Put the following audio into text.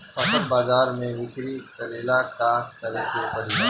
फसल बाजार मे बिक्री करेला का करेके परी?